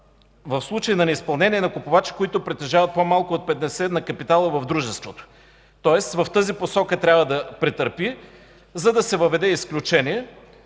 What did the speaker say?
в случай на неизпълнение на купувачи, които притежават по-малко от 50% от капитала в дружеството. В тази посока трябва да стане изменението, за да се въведе изключение,